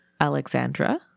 Alexandra